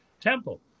temple